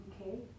Okay